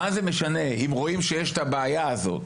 אם רואים שיש את הבעיה הזו,